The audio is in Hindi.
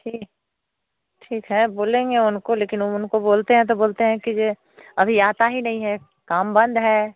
ठीक ठीक है बोलेंगे उनको लेकिन हम उनको बोलते हैं तो बोलते हैं कि जे अभी आता ही नहीं है काम बंद है